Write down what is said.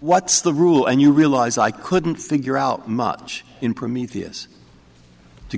what's the rule and you realize i couldn't figure out much in